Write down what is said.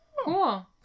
cool